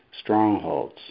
strongholds